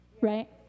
right